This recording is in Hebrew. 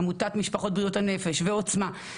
עמותת משפחות בריאות הנפש ועוצמה,